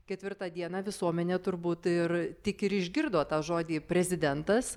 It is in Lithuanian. ketvirtą dieną visuomenė turbūt ir tik ir išgirdo tą žodį prezidentas